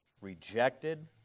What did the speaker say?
rejected